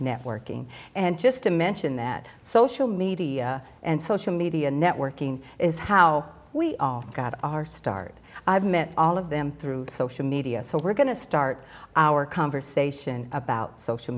networking and just to mention that social media and social media networking is how we all got our start i've met all of them through social media so we're going to start our conversation about social